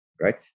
right